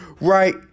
right